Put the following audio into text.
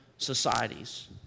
societies